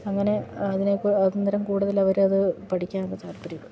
അങ്ങനെ അതിനെ അന്നേരം കൂടുതൽ അവർ അത് പഠിക്കാൻ താൽപര്യം